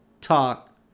Talk